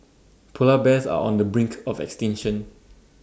Polar Bears are on the brink of extinction